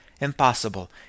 impossible